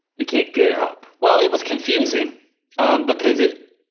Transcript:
you can't get up. well it was confusing because it,